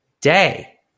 day